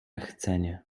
chcenie